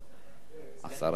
"השרה"?